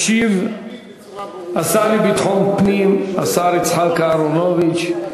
השר לביטחון פנים יצחק אהרונוביץ,